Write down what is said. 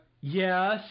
yes